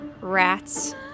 rats